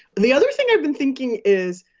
the other thing i've been thinking is,